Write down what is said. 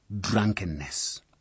drunkenness